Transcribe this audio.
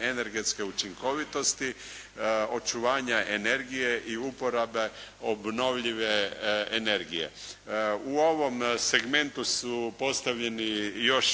energetske učinkovitosti, očuvanje energije i uporabe obnovljive energije. U ovom segmentu su postavljeni još